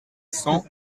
cent